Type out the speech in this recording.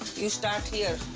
you start here.